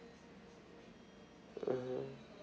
mmhmm